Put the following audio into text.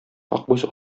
акбүз